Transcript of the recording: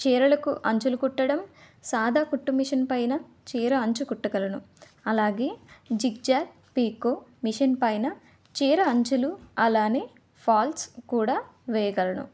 చీరలకు అంచులు కుట్టడం సాదా కుట్టు మెషిన్ పైన చీర అంచు కుట్టగలను అలాగే జిగ్ జాగ్ పీకో మెషిన్ పైన చీర అంచులు అలానే ఫాల్స్ కూడా వేయగలను